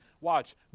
Watch